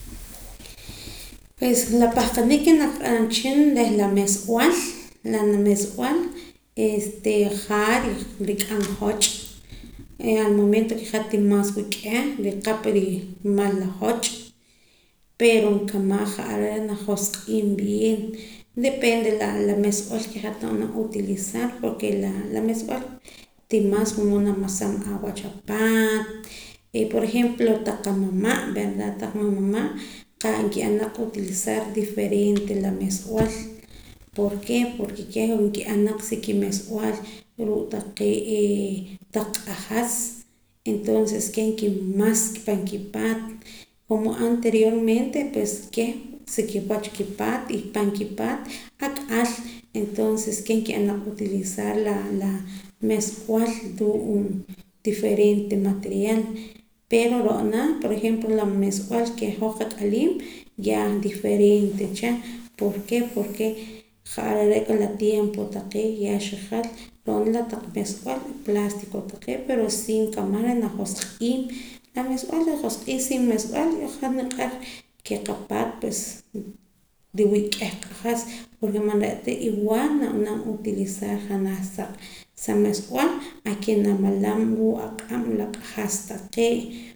Pues la pahqanik nakab'anam cha wehchin reh la meesb'al la meesb'al este jaa nrik'am joch' al momento ke hat timeswa k'ieh nriqap nrimal la joch' pero nkamaj ja'ar reh najosq'iim bien depende reh la mesb'al ke hat nab'anam utilizar porke la mesb'al timas wula mood namasam wach apaat por ejemplo taq qamama' verda taq qamama' nki'an naq utilizar diferente la meesb'al ¿por qué? Porke kieh n'oo ki'an naq kimeesb'al ruu' taqee' taq q'ajas entonces kieh nkimas pan kipaat como anteriormente pues kieh sa ki wach kipaat y pan kipaat ak'al entonces kieh nki'an naq utilizar la meesb'al ruu' diferente material pero ro'na por ejemplo la meesb'al ke hoj qat'aliim yaa diferente cha ¿por qué? Porke ja'ar are' con la tiempo taqee' yaa xijal ro'na la taq meeshan niq'ar ke qapaat pues nriwii' k'ieh q'ajas porke pan re'ta igual na'an utilizar janaj sa meesb'al a ke namalam ruu' aq'ab' la q'ajas taqee'